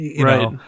Right